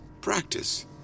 Practice